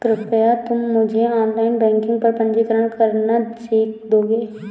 कृपया तुम मुझे ऑनलाइन बैंकिंग पर पंजीकरण करना सीख दोगे?